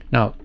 Now